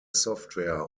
software